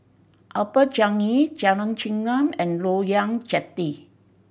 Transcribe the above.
Upper Changi Jalan Chengam and Loyang Jetty